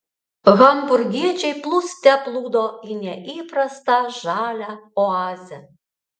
hamburgiečiai plūste plūdo į neįprastą žalią oazę